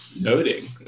noting